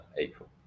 April